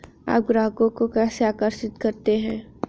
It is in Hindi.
आप ग्राहकों को कैसे आकर्षित करते हैं?